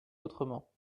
autrement